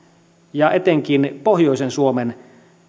ja etenkin pohjoisen suomen